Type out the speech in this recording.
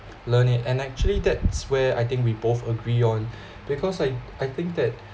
learn it and actually that's where I think we both agree on because I I think that